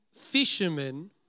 fishermen